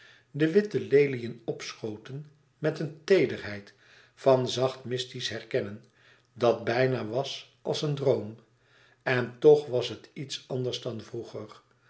de witte leliën opschoten met eene teederheid van zacht mystisch herkennen dat bijna was als een droom en toch was het iets anders dan vroeger